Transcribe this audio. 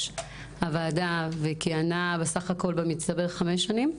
הוועדה וכיהנה בסך הכול במצטבר חמש שנים?